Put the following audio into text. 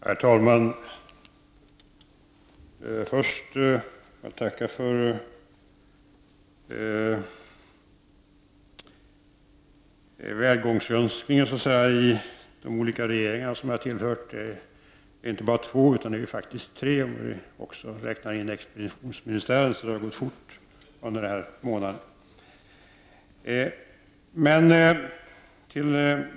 Herr talman! Först vill jag tacka för välkomstönskan till de olika regeringar som jag har tillhört. Det är inte bara två utan faktiskt tre, om vi också räknar in expeditionsministären, så det har gått fort under denna månad.